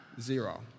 zero